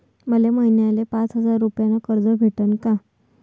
मले महिन्याले पाच हजार रुपयानं कर्ज भेटन का?